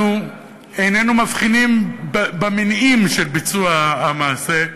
אנחנו איננו מבחינים במניעים של ביצוע המעשה,